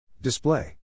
Display